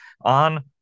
on